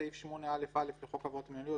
סעיף 8א(א) לחוק העבירות המינהליות